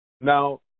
Now